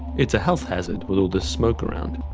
it's a health hazard with all this smoke around.